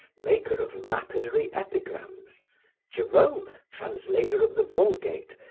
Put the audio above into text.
maker of lapidary epigrams jerome, translator of the vulgate,